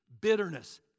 bitterness